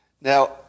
Now